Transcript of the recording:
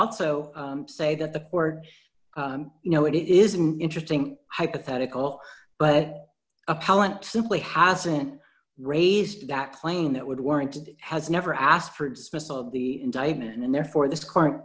also say that the or you know it is an interesting hypothetical but appellant simply hasn't raised that claim that would warrant it has never asked for its missile the indictment and therefore this cur